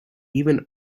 even